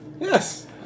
Yes